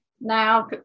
now